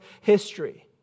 history